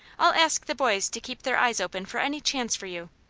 i'll ask the boys to keep their eyes open for any chance for you.